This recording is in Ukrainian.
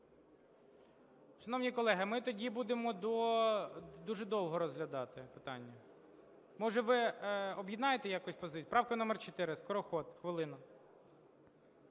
Шановні колеги, ми тоді будемо дуже довго розглядати питання. Може, ви об'єднаєте якось… Правка номер 4, Скороход, хвилину.